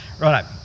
right